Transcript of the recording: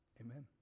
Amen